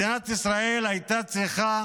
מדינת ישראל הייתה צריכה